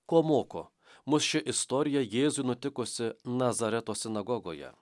ko moko mus ši istorija jėzui nutikusi nazareto sinagogoje